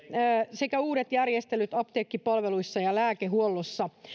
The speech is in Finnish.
sekä uudet järjestelyt apteekkipalveluissa ja lääkehuollossa